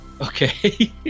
Okay